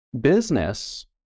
business